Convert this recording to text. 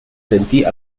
sentì